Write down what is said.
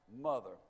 mother